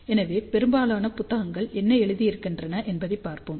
எனவே பெரும்பாலான புத்தகங்கள் என்ன எழுதி இருக்கின்றன என்று பார்ப்போம்